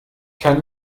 kann